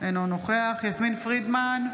אינו נוכח יסמין פרידמן,